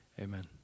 amen